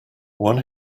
one